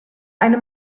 eine